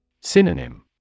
Synonym